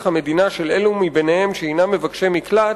המדינה של אלו מביניהם שהינם מבקשי מקלט,